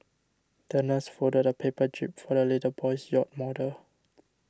the nurse folded a paper jib for the little boy's yacht model